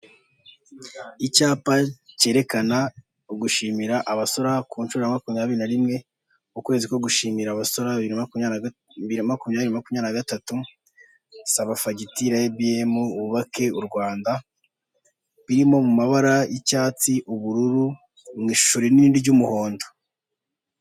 Inzu mberabyombi ikorerwamo inama, hakaba harimo haraberamo inama y'abantu benshi batandukanye, bicaye ku ntebe z'imikara bazengurutse, n'abandi bicaye ku ntebe z'imikara inyuma yabo hari imeza imwe ifite ibara ry'umutuku kuri ayo meza harihoho amatelefone n'amamikoro yo kuvugiramo.